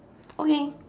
okay